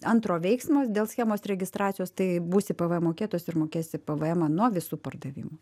antro veiksmo dėl schemos registracijos tai būsi pvm mokėtojas ir mokėsi pvmą nuo visų pardavimų